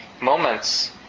moments